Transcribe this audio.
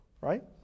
right